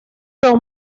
dos